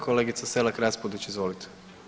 Kolegica Selak Raspudić, izvolite.